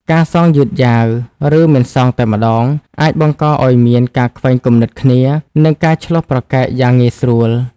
ការសងយឺតយ៉ាវ ឬមិនសងតែម្ដង អាចបង្កឲ្យមានការខ្វែងគំនិតគ្នា និងការឈ្លោះប្រកែកយ៉ាងងាយស្រួល។